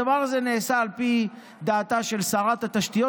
הדבר הזה נעשה על פי דעתה של שרת התשתיות,